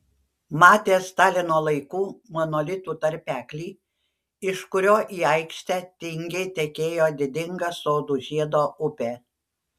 matė stalino laikų monolitų tarpeklį iš kurio į aikštę tingiai tekėjo didinga sodų žiedo upė